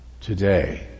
Today